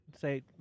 say